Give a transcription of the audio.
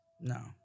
No